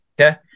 okay